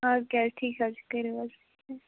اَدٕ کیٛاہ ٹھیٖک حظ چھِ کٔریو حظ